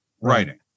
writing